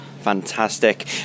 Fantastic